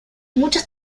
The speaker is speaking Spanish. muchas